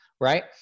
right